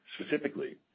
Specifically